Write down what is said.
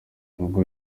nubwo